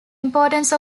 importance